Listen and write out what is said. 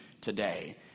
today